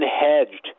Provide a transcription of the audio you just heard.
Hedged